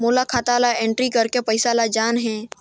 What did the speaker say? मोला खाता ला एंट्री करेके पइसा ला जान हे?